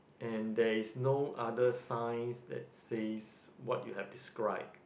and there is no other signs that says what you have described